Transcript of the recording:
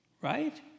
right